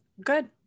good